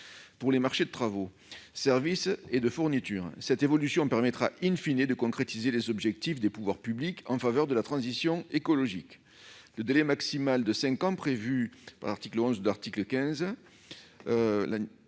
pour les marchés de travaux, de services et de fournitures. Cette évolution permettra de concrétiser les objectifs des pouvoirs publics en faveur de la transition écologique. Le délai maximal de cinq ans prévu au II de l'article 15